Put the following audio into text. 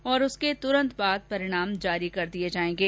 और उसके तुरंत बाद परिणाम जारी किये जायेंगे